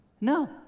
No